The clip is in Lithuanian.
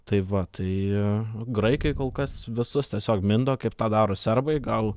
tai va tai graikai kol kas visus tiesiog mindo kaip tą daro serbai gal